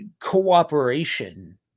cooperation